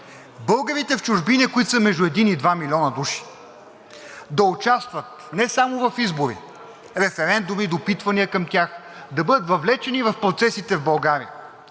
Българите в чужбина, които са между 1 и 2 милиона души, да участват не само в избори, референдуми, допитвания към тях, да бъдат въвлечени в процесите в България.